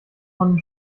tonnen